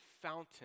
fountain